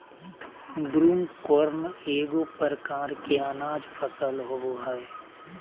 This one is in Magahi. ब्रूमकॉर्न एगो प्रकार के अनाज फसल होबो हइ